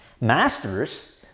Masters